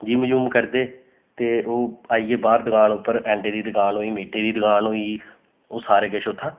gym जुम करदे ते ओह् आइयै बाह्र दकान उप्पर आंडे दी दकान होई मीटे दी दकान होई गेई ओह् सारे किश उत्थां